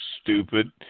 stupid